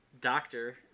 doctor